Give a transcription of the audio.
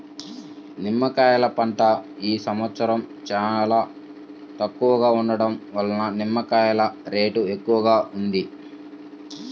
నిమ్మకాయల పంట ఈ సంవత్సరం చాలా తక్కువగా ఉండటం వలన నిమ్మకాయల రేటు ఎక్కువగా ఉంది